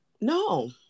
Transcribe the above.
no